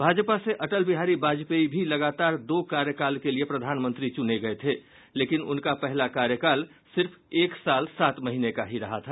भाजपा से अटल बिहारी वाजपेयी भी लगातार दो कार्यकाल के लिए प्रधानमंत्री चुने गय थे लेकिन उनका पहला कार्यकाल सिर्फ एक साल सात महीने का ही रहा था